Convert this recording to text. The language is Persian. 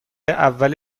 اول